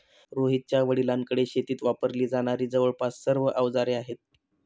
रोहितच्या वडिलांकडे शेतीत वापरली जाणारी जवळपास सर्व अवजारे आहेत